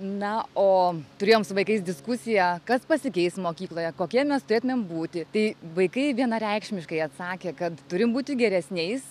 na o turėjom su vaikais diskusiją kas pasikeis mokykloje kokie mes turėtumėm būti tai vaikai vienareikšmiškai atsakė kad turime būti geresniais